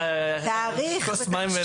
לפי עילות הסירוב.